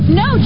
no